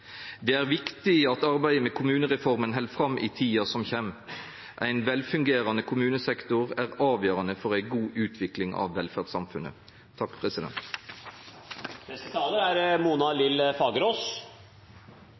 Det er viktig at arbeidet med kommunereforma held fram i tida som kjem. Ein velfungerande kommunesektor er avgjerande for ei god utvikling av velferdssamfunnet.